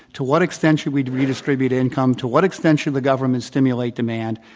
to what extent should we redistribute income, to what extent should the government stim ulate demand,